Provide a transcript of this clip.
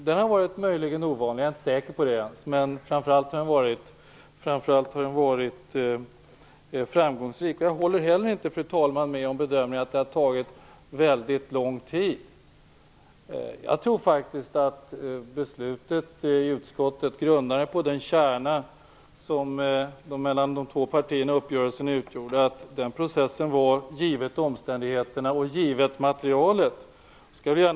Jag är dock inte säker på att den har varit ovanlig, men den har framför allt varit framgångsrik. Jag håller inte heller, fru talman, med om bedömningen att det har tagit mycket lång tid. Jag tror faktiskt att processen som föregick beslutet i utskottet, grundat på den kärna som uppgörelsen mellan de två partierna utgjorde, givet omständigheterna och givet materialet har gått fort.